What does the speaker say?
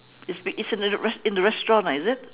it's been it's in the res~ in the restaurant ah is it